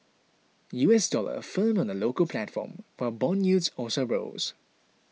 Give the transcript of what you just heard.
U S dollar firmed on the local platform while bond yields also rose